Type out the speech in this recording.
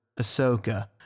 Ahsoka